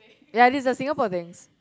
ya these are Singapore things